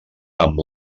amb